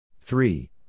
Three